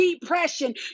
depression